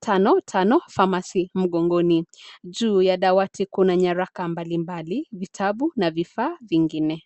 tano tano pharmacy mgongoni. Juu ya dawati kuna nyaraka mbalimbali, vitabu na vifaa vingine.